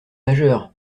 majeure